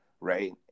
right